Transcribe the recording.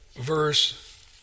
verse